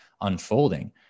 unfolding